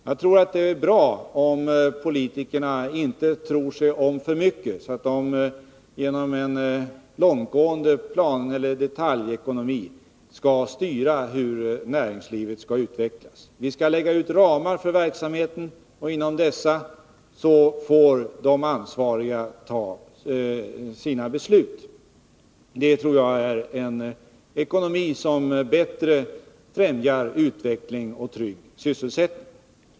Jag tror att det är bra om politikerna inte tror sig om för mycket, så att de genom en långtgående planeller detaljekonomi styr hur näringslivet skall utvecklas. Vi skall lägga ut ramar för verksamheten, och inom dessa får de ansvariga fatta sina beslut. Det tror jag är en ekonomi som bättre främjar utveckling och trygg sysselsättning.